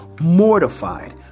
mortified